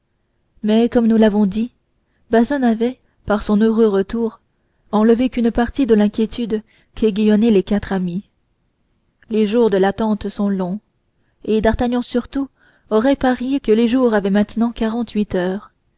mais comme nous l'avons dit bazin n'avait par son heureux retour enlevé qu'une partie de l'inquiétude qui aiguillonnait les quatre amis les jours de l'attente sont longs et d'artagnan surtout aurait parié que les jours avaient maintenant quarantehuit heures